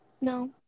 No